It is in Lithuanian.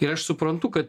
ir aš suprantu kad